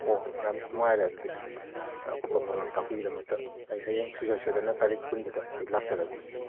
ꯑꯣ ꯌꯥꯝꯅ ꯅꯨꯉꯥꯏꯔꯦ ꯑꯗꯨꯗꯤ ꯑꯀꯨꯞꯄ ꯃꯔꯣꯟ ꯇꯥꯛꯄꯤꯕꯒꯤꯗꯃꯛꯇ ꯑꯩ ꯍꯌꯦꯡ ꯁꯨꯡꯁꯣꯏ ꯁꯣꯏꯗꯅ ꯇꯥꯔꯤꯛ ꯀꯨꯟꯁꯤꯗ ꯑꯩ ꯂꯥꯛꯆꯔꯒꯦ